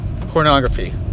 pornography